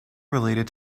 related